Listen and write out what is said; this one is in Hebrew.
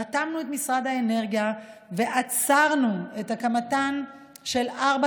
רתמנו את משרד האנרגיה ועצרנו את הקמתן של ארבע